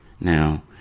Now